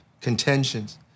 contentions